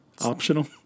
Optional